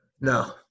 no